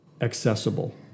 accessible